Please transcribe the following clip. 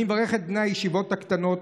אני מברך את בני הישיבות הקטנות,